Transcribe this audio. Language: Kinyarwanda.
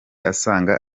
asaga